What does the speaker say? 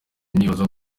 nibaza